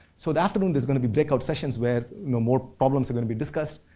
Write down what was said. so, the afternoon there's going to be breakout sessions where more problems are going to be discussed.